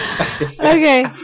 okay